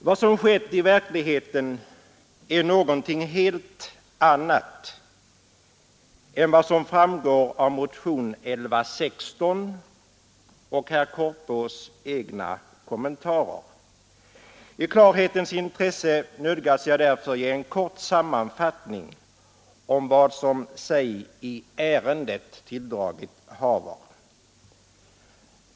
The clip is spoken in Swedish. Vad som i verkligheten har skett är någonting helt annat än vad som framgår av motionen 1116 och av herr Korpås” egna kommentarer. I klarhetens intresse nödgas jag därför ge en kort sammanfattning av vad som sig i ärendet tilldragit haver.